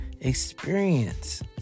experience